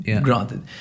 granted